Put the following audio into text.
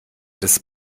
des